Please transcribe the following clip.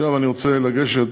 עכשיו אני רוצה לגשת